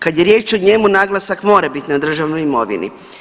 Kad je riječ o njemu naglasak mora bit na državnoj imovini.